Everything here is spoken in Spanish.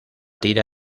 tira